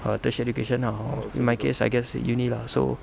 a tertiary education ah or in my case I guess uni lah so